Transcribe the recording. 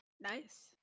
Nice